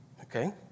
Okay